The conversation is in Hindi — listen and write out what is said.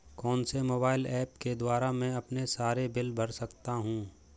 कौनसे मोबाइल ऐप्स के द्वारा मैं अपने सारे बिल भर सकता हूं?